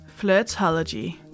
Flirtology